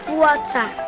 water